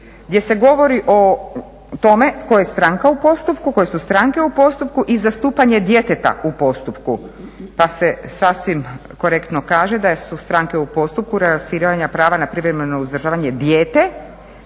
je stranka u postupku, koje su stranke u postupku i zastupanje djeteta u postupku, pa se sasvim korektno kaže da su stranke u postupku …/Govornica se ne razumije./… prava na privremeno uzdržavanje dijete,